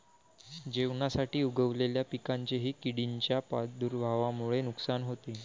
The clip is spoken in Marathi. जेवणासाठी उगवलेल्या पिकांचेही किडींच्या प्रादुर्भावामुळे नुकसान होते